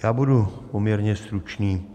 Já budu poměrně stručný.